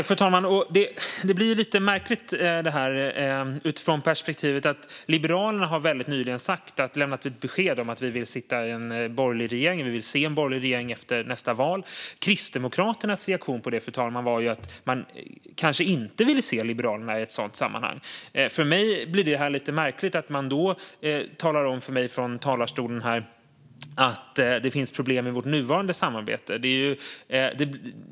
Fru talman! Liberalerna har väldigt nyligen sagt och lämnat besked om att vi vill se och sitta i en borgerlig regering efter nästa val. Kristdemokraternas reaktion på detta, fru talman, var att man kanske inte vill se Liberalerna i ett sådant sammanhang. Därför blir det lite märkligt när man här från talarstolen talar om för mig att det finns problem i Liberalernas nuvarande samarbete.